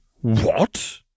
What